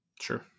sure